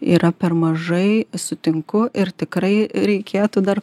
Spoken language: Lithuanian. yra per mažai sutinku ir tikrai reikėtų dar